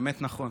האמת, נכון.